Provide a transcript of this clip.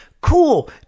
Cool